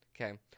Okay